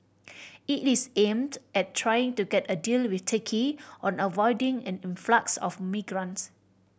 it is aimed at trying to get a deal with Turkey on avoiding an influx of migrants